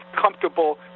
comfortable